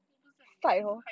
都不像你 leh fight